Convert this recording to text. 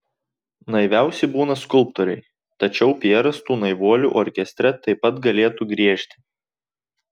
naiviausi būna skulptoriai tačiau pjeras tų naivuolių orkestre taip pat galėtų griežti